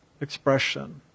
Expression